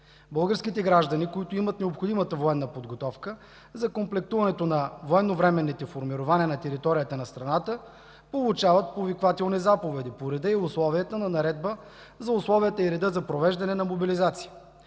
Българските граждани, които имат необходимата военна подготовка за комплектуването на военновременните формирования на територията на страната, получават повиквателни заповеди по реда и условията на Наредбата за условията и реда за провеждане на мобилизация.